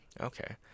Okay